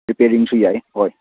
ꯔꯤꯄꯦꯌꯥꯔꯤꯡꯁꯨ ꯌꯥꯏ